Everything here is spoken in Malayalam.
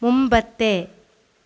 മുമ്പത്തെ